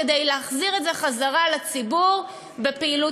כדי להחזיר את זה בחזרה לציבור בפעילות